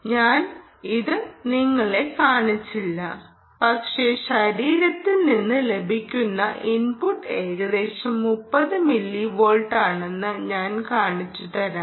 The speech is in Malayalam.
ഞാൻ അത് നിങ്ങളെ കാണിച്ചില്ല പക്ഷേ ശരീരത്തിൽ നിന്ന് ലഭിക്കുന്ന ഇൻപുട്ട് ഏകദേശം 30 മില്ലിവോൾട്ടാണെന്ന് ഞാൻ കാണിച്ചുതരാം